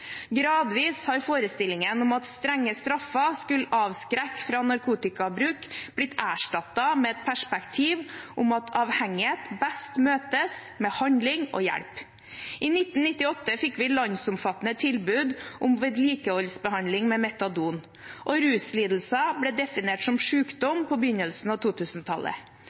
Gradvis har forestillingen om at strenge straffer skulle avskrekke fra narkotikabruk, blitt erstattet med et perspektiv om at avhengighet best møtes med handling og hjelp. I 1998 fikk vi landsomfattende tilbud om vedlikeholdsbehandling med metadon, og ruslidelser ble definert som sykdom på begynnelsen av